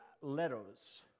letters